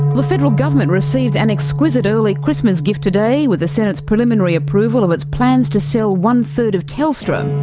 the federal government received an exquisite early christmas gift today with the senate's preliminary approval of its plans to sell one-third of telstra.